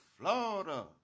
Florida